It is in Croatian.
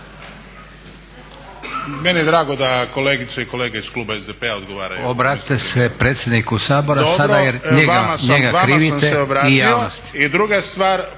Meni je drago da kolegice i kolege iz kluba SDP-a odgovaraju umjesto.